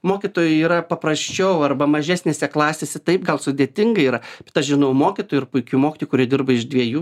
mokytojui yra paprasčiau arba mažesnėse klasėse taip gal sudėtinga yra bet aš žinau mokytojų ir puikių mokytojų kurie dirba iš dviejų